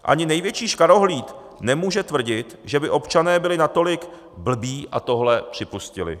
Ani největší škarohlíd nemůže tvrdit, že by občané byli natolik blbí a tohle připustili.